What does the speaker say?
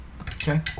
Okay